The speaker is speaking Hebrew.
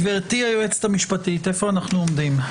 גברתי היועצת המשפטית, איפה אנחנו עומדים?